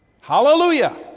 Hallelujah